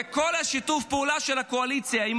וכל שיתוף הפעולה של הקואליציה עם